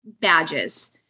badges